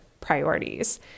priorities